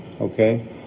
okay